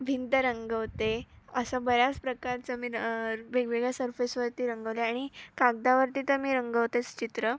भिंत रंगवते असं बऱ्याच प्रकारचं मी वेगवेगळ्या सरफेसवरती रंगवते आणि कागदावरती तर मी रंगवतेच चित्र